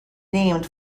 named